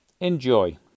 Enjoy